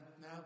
now